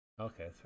Okay